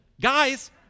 Guys